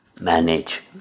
manage